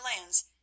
lands